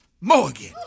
Morgan